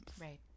Right